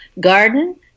Garden